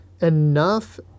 enough